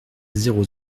zéro